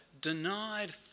denied